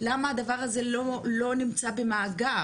למה הדבר הזה לא נמצא במאגר?